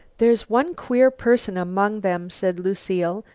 there's one queer person among them, said lucile,